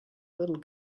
little